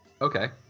Okay